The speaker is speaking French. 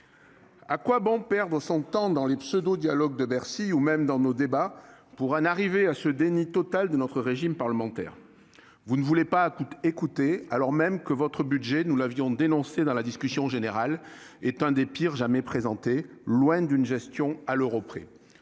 À quoi bon perdre son temps dans les pseudo-dialogues de Bercy, ou même dans nos débats, pour en arriver à ce déni total de notre régime parlementaire ? Vous ne voulez pas écouter, alors même que, comme nous l'avions dénoncé dans la discussion générale, votre budget est l'un des pires jamais présentés, loin d'une gestion à l'euro près.